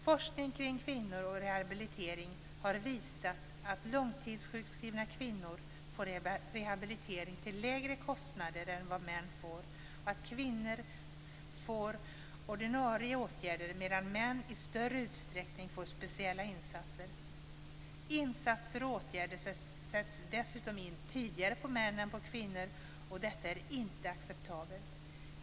Forskning kring kvinnor och rehabilitering har visat att långtidssjukskrivna kvinnor får rehabilitering till lägre kostnader än vad män får och att kvinnor får ordinarie åtgärder, medan män i större utsträckning får speciella insatser. Insatser och åtgärder sätts dessutom in tidigare på män än på kvinnor, och detta är inte acceptabelt.